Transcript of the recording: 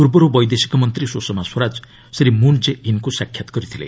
ପୂର୍ବରୁ ବୈଦେଶିକ ମନ୍ତ୍ରୀ ସୁଷମା ସ୍ୱରାଜ ଶ୍ରୀ ମୁନ୍ ଜେ ଇନ୍ଙ୍କୁ ସାକ୍ଷାତ କରିଥିଲେ